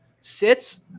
Sits